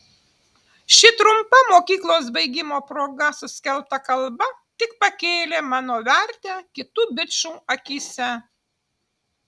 ši trumpa mokyklos baigimo proga suskelta kalba tik pakėlė mano vertę kitų bičų akyse